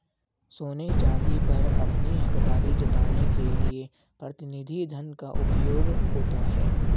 सोने चांदी पर अपनी हकदारी जताने के लिए प्रतिनिधि धन का उपयोग होता है